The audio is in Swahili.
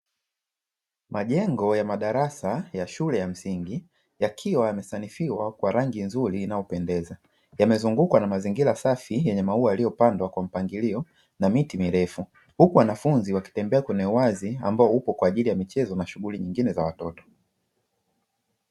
Majengo ya madarasa ya shule ya msingi, yakiwa yamesanifiwa kwa rangi nzuri inayopendeza. Yamezungukwa na mazingira safi yenye maua yaliyopandwa kwa mpangilio na miti mirefu. Huku wanafunzi wakitembea kwenye uwazi ambao upo kwa ajili ya michezo na shughuli nyingine za watoto.